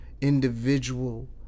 individual